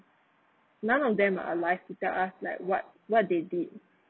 none of them are alive to tell us like what what they did